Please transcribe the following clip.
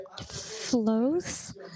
flows